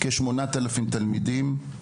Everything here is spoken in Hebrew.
כ-8,000 תלמידים,